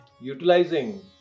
utilizing